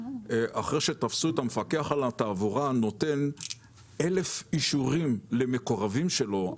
אחרי שתפסו את המפקח על התעבורה נותן אלף אישורים למקורבים שלו.